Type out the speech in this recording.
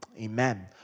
Amen